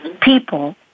people